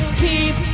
keep